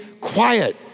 quiet